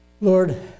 Lord